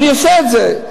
ואני עושה את זה.